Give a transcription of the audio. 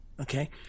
Okay